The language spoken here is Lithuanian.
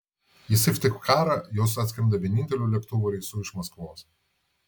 į syktyvkarą jos atskrenda vieninteliu lėktuvo reisu iš maskvos